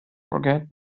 forget